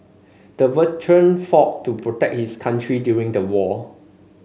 the veteran fought to protect his country during the war